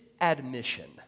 admission